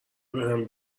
بهم